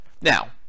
Now